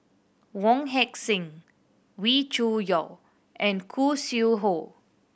Wong Heck Sing Wee Cho Yaw and Khoo Sui Hoe